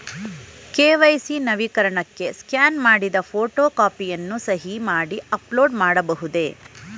KYC ನವೀಕರಣಕ್ಕೆ scan ಮಾಡಿದ photo ಕಾಪಿಯನ್ನು ಸಹಿ ಮಾಡಿ ಅಪ್ಲೋಡ್ ಮಾಡಬಹುದೇ?